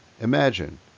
Imagine